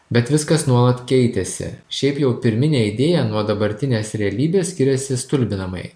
bet viskas nuolat keitėsi šiaip jau pirminė idėja nuo dabartinės realybės skiriasi stulbinamai